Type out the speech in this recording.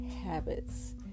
habits